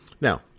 Now